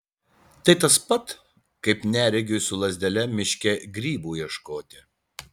tai tas pat kaip neregiui su lazdele miške grybų ieškoti